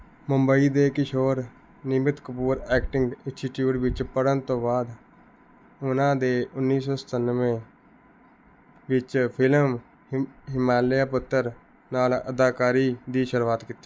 ਮੁੰਬਈ ਦੇ Kishore Namit Kapoor acting institute ਵਿੱਚ ਪੜ੍ਹਨ ਤੋਂ ਬਾਅਦ ਉਨ੍ਹਾਂ ਦੇ ਉੱਨੀ ਸੌ ਸਤੱਨਵੇ ਵਿੱਚ ਫਿਲਮ ਹਿਮਾਲਯ ਪੁੱਤਰ ਨਾਲ ਅਦਾਕਾਰੀ ਦੀ ਸ਼ੁਰੂਆਤ ਕੀਤੀ